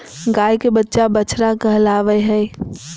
गाय के बच्चा बछड़ा कहलावय हय